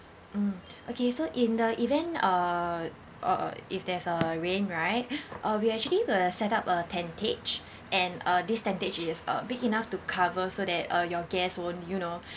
mm okay so in the event uh or if there's uh rain right uh we actually will set up a tentage and uh this tentage is uh big enough to cover so that uh your guests won't you know